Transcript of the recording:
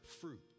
fruit